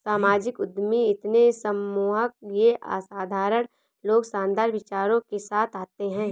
सामाजिक उद्यमी इतने सम्मोहक ये असाधारण लोग शानदार विचारों के साथ आते है